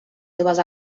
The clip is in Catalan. seves